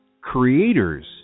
creators